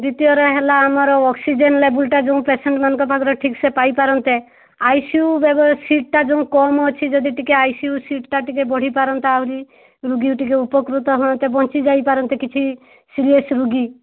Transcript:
ଦ୍ୱିତୀୟରେ ହେଲା ଆମର ଅକ୍ସିଜେନ୍ ଲେଭୁଲ୍ ଟା ଯେଉଁ ପେସେଣ୍ଟ୍ ମାନଙ୍କ ପାଖରେ ଠିକ୍ ସେ ପାଇପାରନ୍ତେ ଆଇସିୟୁ ବେଡ୍ ସିଟ୍ ଟା ଯେଉଁ କମ୍ ଅଛି ଯଦି ଆଇସିୟୁ ସିଟ୍ ଟା ଟିକିଏ ବଢ଼ିପାରନ୍ତା ଆହୁରି ରୋଗୀ ଟିକିଏ ଉପକୃତ ହୁଅନ୍ତେ ବଞ୍ଚି ଯାଇପାରନ୍ତେ କିଛି ସିରିୟସ୍ ରୋଗୀ